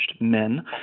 men